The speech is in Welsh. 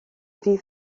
ddydd